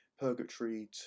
purgatory